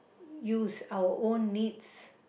use our own needs